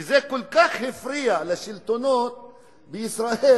זה כל כך הפריע לשלטונות בישראל,